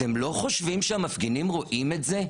אתם לא חושבים שהמפגינים רואים את זה?